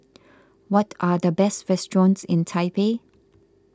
what are the best restaurants in Taipei